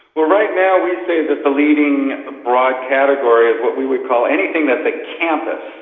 well, right now we say that the leading ah broad category of what we would call anything that's a campus,